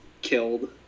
killed